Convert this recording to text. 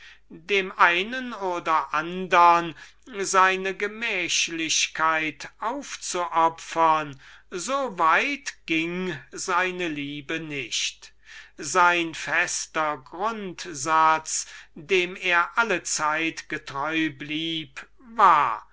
dem einen oder der andern seine gemächlichkeit aufzuopfern so weit ging seine liebe nicht sein vornehmster grundsatz und derjenige dem er allezeit getreu blieb war